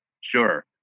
Sure